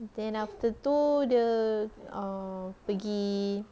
then after tu dia um pergi